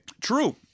True